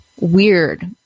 weird